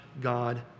God